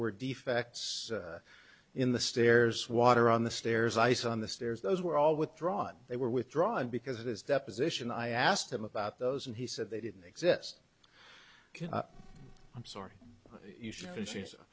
were defects in the stairs water on the stairs i saw on the stairs those were all withdrawn they were withdrawn because it is deposition i asked him about those and he said they didn't exist i'm sorry you should change